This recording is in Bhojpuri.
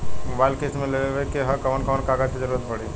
मोबाइल किस्त मे लेवे के ह कवन कवन कागज क जरुरत पड़ी?